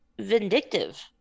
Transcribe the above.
vindictive